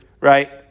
right